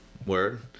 Word